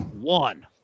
One